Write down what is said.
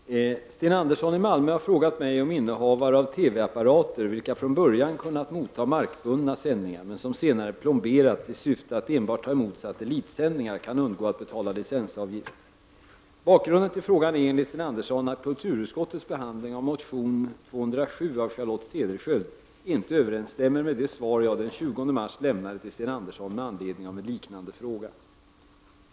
Herr talman! Sten Andersson i Malmö har frågat mig om innehavare av TV-apparater, vilka från början kunnat mottaga markbundna sändningar men som senare plomberats i syfte att enbart ta emot satellitsändningar, kan undgå att betala licensavgift. Bakgrunden till frågan är, enligt Sten Andersson, att kulturutskottets behandling av motion Kr 207 av Charlotte Cederschiöld inte överensstämmer med det svar jag den 20 mars lämnade till Sten Andersson med anledning av en liknande fråga.